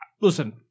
Listen